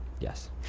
Yes